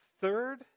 third